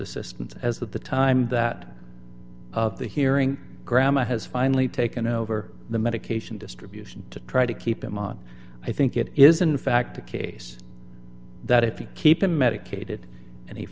assistance as at the time that of the hearing grandma has finally taken over the medication distribution to try to keep him on i think it is in fact the case that if you keep them medicated and he